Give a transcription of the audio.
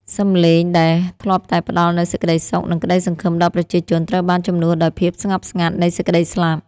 សម្លេងដែលធ្លាប់តែផ្តល់នូវសេចក្តីសុខ និងក្តីសង្ឃឹមដល់ប្រជាជន ត្រូវបានជំនួសដោយភាពស្ងប់ស្ងាត់នៃសេចក្តីស្លាប់។